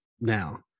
now